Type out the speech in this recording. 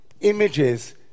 images